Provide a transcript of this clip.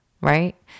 right